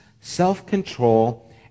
self-control